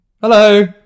Hello